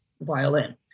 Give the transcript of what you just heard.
violin